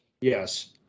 Yes